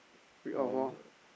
read off lor